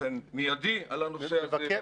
באופן מיידי על הנושא הזה.